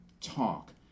talk